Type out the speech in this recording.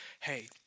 hey